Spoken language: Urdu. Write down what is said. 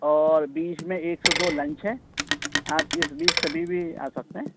اور بیچ میں ایک سے دو لنچ ہے آپ اس بیچ کبھی بھی آ سکتے ہیں